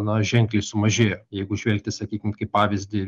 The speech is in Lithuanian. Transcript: na ženkliai sumažėjo jeigu žvelgti sakykim kaip pavyzdį